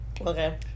Okay